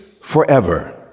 forever